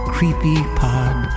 CreepyPod